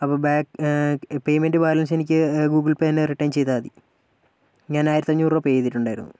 അപ്പോൾ ബ് payment balance എനിക്ക് ഗൂഗിൾ പേ തന്നെ റിട്ടേൺ ചെയ്താൽ മതി ഞാനായിരത്തി അഞ്ഞൂറ് രൂപ പേ ചെയ്തിട്ടുണ്ടായിരുന്നു